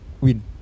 win